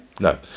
No